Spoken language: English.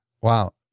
Wow